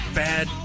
bad